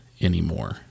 anymore